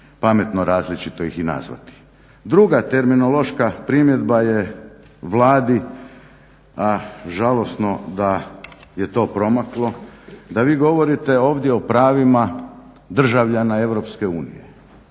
pametno različito ih i nazvati. Druga terminološka primjedba je Vladi, a žalosno da je to promaklo, da vi govorite ovdje o pravima državljana EU. Takvih